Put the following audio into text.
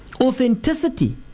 authenticity